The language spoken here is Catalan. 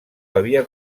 havia